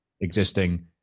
existing